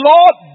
Lord